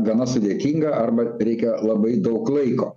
gana sudėtinga arba reikia labai daug laiko